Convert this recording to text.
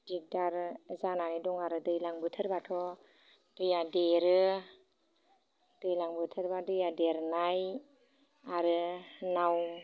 दिगदार जानानै दङ आरो दैज्लां बोथोरब्लाथ' दैया देरो दैज्लां बोथोरब्ला दैया देरनाय आरो नाव